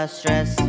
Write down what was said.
stress